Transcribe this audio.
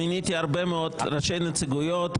מיניתי להרבה מאוד ראשי נציגויות,